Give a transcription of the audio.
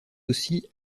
aussi